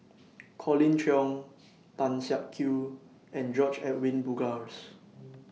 Colin Cheong Tan Siak Kew and George Edwin Bogaars